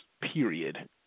period